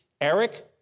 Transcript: Eric